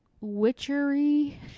witchery